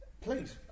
Please